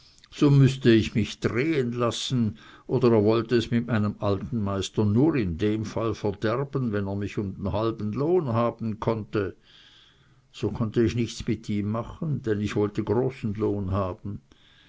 so müßte ich mich drehen lassen oder er wollte es mit meinem alten meister nur in dem fall verderben wenn er mich um den halben lohn haben konnte so konnte ich nichts mit ihm machen denn ich wollte großen lohn haben